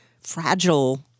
fragile